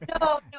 no